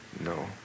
No